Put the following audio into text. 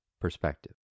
perspective